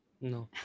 No